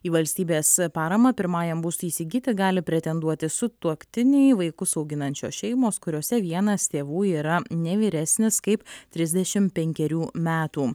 į valstybės paramą pirmajam būstui įsigyti gali pretenduoti sutuoktiniai vaikus auginančios šeimos kuriose vienas tėvų yra ne vyresnis kaip trisdešim penkerių metų